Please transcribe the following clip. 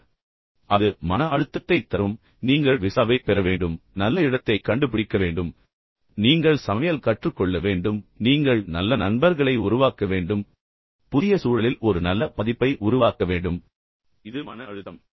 இப்போது அது உங்களுக்கு மன அழுத்தத்தைத் தரும் நீங்கள் விசாவைப் பெற வேண்டும் நீங்கள் நல்ல இடத்தைக் கண்டுபிடிக்க வேண்டும் நீங்கள் நல்ல உணவைக் கண்டுபிடிக்க வேண்டும் நீங்கள் சமையல் கற்றுக்கொள்ள வேண்டும் நீங்கள் நல்ல நண்பர்களை உருவாக்க வேண்டும் புதிய சூழலில் நீங்கள் ஒரு நல்ல பதிப்பை உருவாக்க வேண்டும் இது மன அழுத்தம்